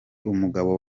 umugabo